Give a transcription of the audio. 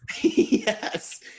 Yes